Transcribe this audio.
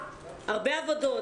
הרבה עבודות.